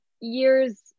years